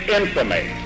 infamy